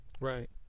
Right